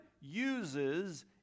uses